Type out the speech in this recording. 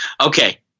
Okay